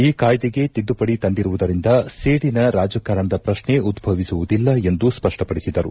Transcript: ಈ ಕಾಯ್ದೆಗೆ ತಿದ್ದುಪಡಿ ತಂದಿರುವುದರಿಂದ ಸೇಡಿನ ರಾಜಕಾರಣದ ಪ್ರತ್ನೆ ಉದ್ದವಿಸುವುದಿಲ್ಲ ಎಂದು ಸ್ಪಷ್ಟಪಡಿಸಿದರು